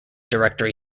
directory